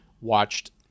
watched